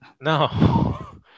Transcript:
No